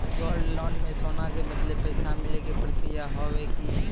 Gold loan मे सोना के बदले पैसा मिले के प्रक्रिया हाव है की?